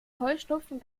heuschnupfen